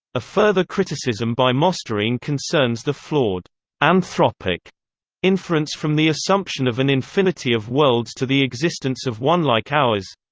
a further criticism by mosterin concerns the flawed anthropic inference from the assumption of an infinity of worlds to the existence of one like ours